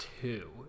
two